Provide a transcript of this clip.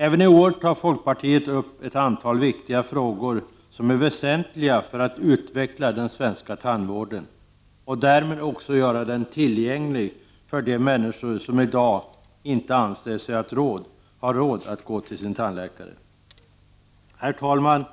Även i år tar folkpartiet upp ett antal viktiga frågor som är väsentliga för att utveckla den svenska tandvården och därmed också göra den tillgänglig för de människor som i dag inte anser sig ha råd att gå till tandläkaren. Herr talman!